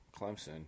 Clemson